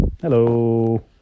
hello